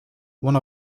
one